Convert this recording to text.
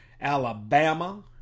Alabama